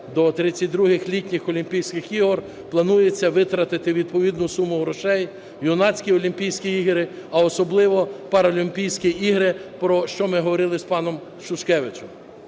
до 32-х Літніх олімпійських ігор, планується витратити відповідну суму грошей, юнацькі олімпійські ігри, а особливо паралімпійські ігри, про що ми говорили з паном Сушкевичем.